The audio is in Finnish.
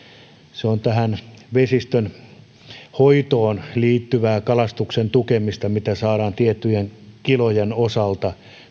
se on vesistönhoitoon liittyvää kalastuksen tukemista mitä nämä nuottakunnat saavat tiettyjen kilojen osalta